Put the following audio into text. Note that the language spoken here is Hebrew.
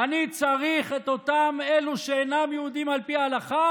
אני צריך את אותם אלה שאינם יהודים על פי ההלכה